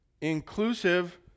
inclusive